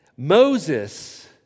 Moses